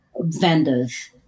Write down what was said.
vendors